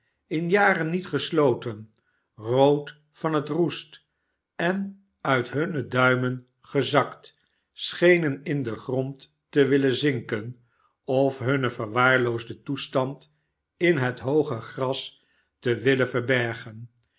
in jaren niet gesloten rood van het roest en uit hunne duimen gezakt schenen in den grond te willen zinken of hun verwaarloosden toestand in het hooge gras tet willen verbergen